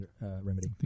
remedy